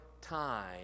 time